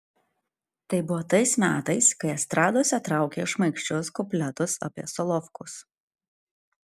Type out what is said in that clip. tai buvo tais metais kai estradose traukė šmaikščius kupletus apie solovkus